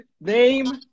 Name